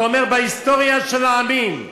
אתה אומר: בהיסטוריה של העמים,